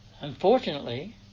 Unfortunately